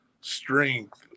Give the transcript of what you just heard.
strength